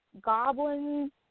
goblins